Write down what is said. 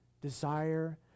Desire